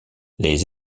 les